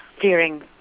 fearing